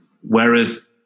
Whereas